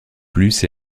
plus